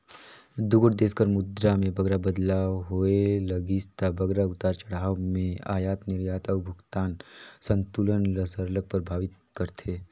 दुगोट देस कर मुद्रा में बगरा बदलाव होए लगिस ता बगरा उतार चढ़ाव में अयात निरयात अउ भुगतान संतुलन ल सरलग परभावित करथे